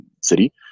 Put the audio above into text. city